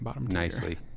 nicely